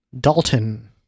Dalton